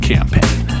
Campaign